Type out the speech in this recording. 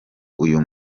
uyu